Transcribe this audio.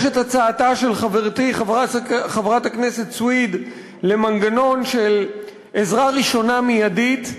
יש את הצעתה של חברתי חברת הכנסת סויד למנגנון של עזרה ראשונה מיידית,